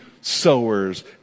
sowers